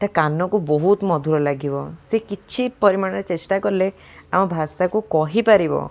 ତା କାନକୁ ବହୁତ ମଧୁର ଲାଗିବ ସେ କିଛି ପରିମାଣରେ ଚେଷ୍ଟା କଲେ ଆମ ଭାଷାକୁ କହିପାରିବ